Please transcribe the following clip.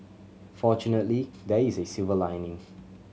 fortunately there is a silver lining